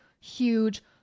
Huge